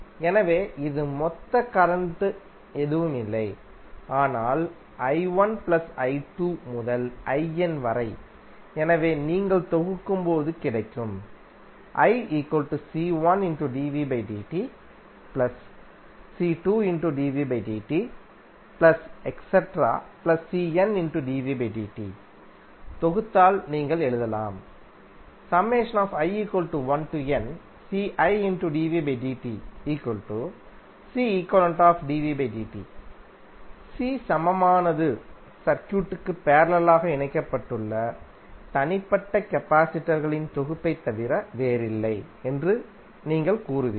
எனவே இது மொத்த கரண்ட் எதுவும் இல்லை ஆனால் i1பிளஸ் i2முதல் in வரைஎனவே நீங்கள் தொகுக்கும்போது கிடைக்கும் தொகுத்தால் நீங்கள் எழுதலாம் C சமமானது சர்க்யூட் க்கு பேரலலாக இணைக்கப்பட்டுள்ள தனிப்பட்ட கபாசிடர் களின் தொகுப்பைத் தவிர வேறில்லை என்று நீங்கள் கூறுவீர்கள்